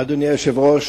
אדוני היושב-ראש,